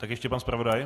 Tak ještě pan zpravodaj.